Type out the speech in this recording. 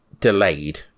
delayed